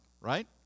right